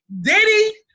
Diddy